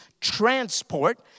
transport